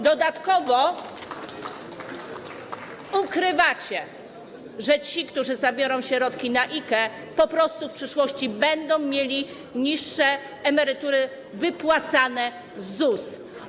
Dodatkowo ukrywacie, że ci, którzy zabiorą środki na IKE, po prostu w przyszłości będą mieli niższe emerytury wypłacane z ZUS.